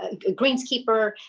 ah greenskeeper.